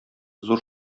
зур